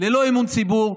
ללא אמון ציבור.